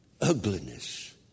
Ugliness